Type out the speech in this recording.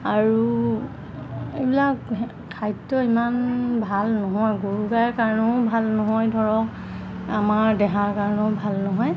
আৰু এইবিলাক খাদ্য ইমান ভাল নহয় গৰু গাইৰ কাৰণেও ভাল নহয় ধৰক আমাৰ দেহাৰ কাৰণেও ভাল নহয়